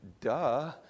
Duh